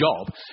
job